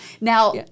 Now